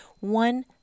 one